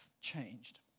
changed